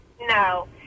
No